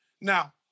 Now